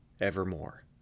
evermore